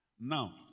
Now